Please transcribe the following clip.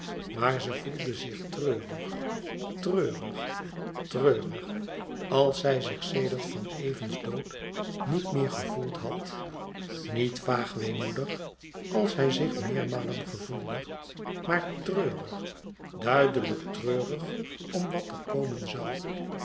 maar ze voelde zich treurig treurig treurig als zij zich sedert van evens dood niet meer gevoeld had niet vaag weemoedig als zij zich meermalen gevoelde maar treurig duidelijk treùrig om wat er komen zoû